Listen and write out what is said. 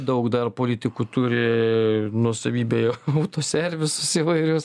daug dar politikų turi nuosavybėje autoservisus įvairius